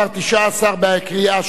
19) בקריאה שלישית.